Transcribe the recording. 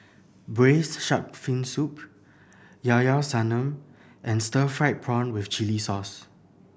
Braised Shark Fin Soup Llao Llao Sanum and stir fried prawn with chili sauce